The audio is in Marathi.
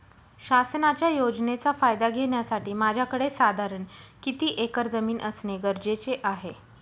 शासनाच्या योजनेचा फायदा घेण्यासाठी माझ्याकडे साधारण किती एकर जमीन असणे गरजेचे आहे?